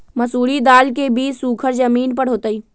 मसूरी दाल के बीज सुखर जमीन पर होतई?